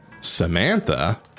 Samantha